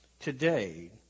today